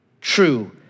true